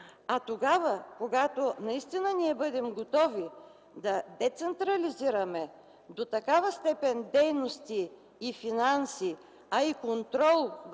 А тогава, когато наистина ние бъдем готови да децентрализираме до такава степен дейности и финанси, а и контрол